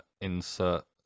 insert